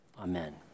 Amen